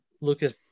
lucas